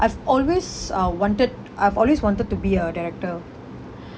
I've always uh wanted I've always wanted to be a director